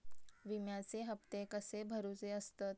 विम्याचे हप्ते कसे भरुचे असतत?